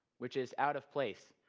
which is out of place.